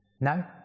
No